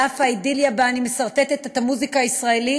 על אף האידיליה שבה אני מסרטטת את המוזיקה הישראלית,